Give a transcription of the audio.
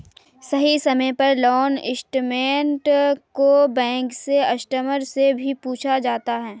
सही समय पर लोन स्टेटमेन्ट को बैंक के कस्टमर से भी पूछा जाता है